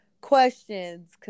questions